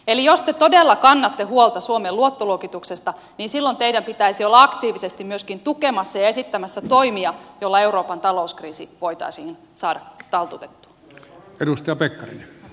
eli jos te todella kannatte huolta suomen luottoluokituksesta niin silloin teidän pitäisi olla aktiivisesti myöskin tukemassa ja esittämässä toimia joilla euroopan talouskriisi voitaisiin saada taltutettua